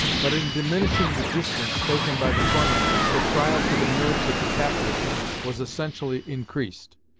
but in diminishing the distance taken by the tormentors, the trial to the nerves of the captive was essentially increased.